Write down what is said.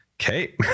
Okay